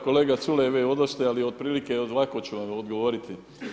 Kolega Culej, vi odlazite, ali otprilike ovako ću vam odgovoriti.